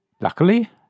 Luckily